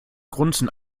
grunzen